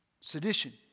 sedition